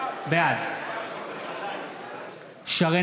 בעד שרן